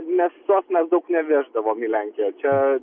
mėsos mes daug neveždavom į lenkiją čia